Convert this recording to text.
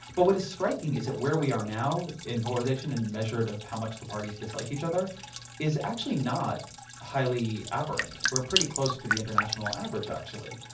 but what is striking is that where we are now in polarization and measured of how much the parties dislike each other is actually not highly aberrant. we're pretty close to the international average actually.